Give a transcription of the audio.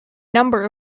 number